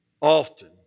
often